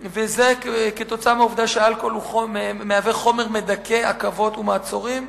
כתוצאה מהעובדה שאלכוהול הוא חומר מדכא עכבות ומעצורים.